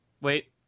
wait